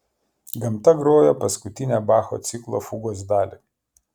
gamta grojo paskutinę bacho ciklo fugos dalį